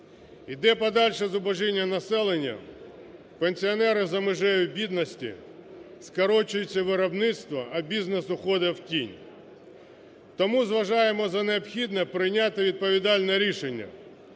Йде подальше зубожіння населення, пенсіонери за межею бідності, скорочується виробництво, а бізнес уходить у тінь. Тому зважаємо за необхідне прийняти відповідальне рішення